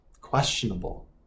questionable